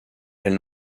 elle